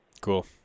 Cool